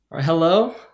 hello